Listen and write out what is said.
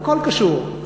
הכול קשור,